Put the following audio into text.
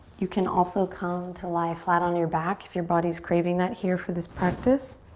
you can also come to lie flat on your back if your body's craving that here for this practice.